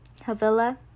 Havila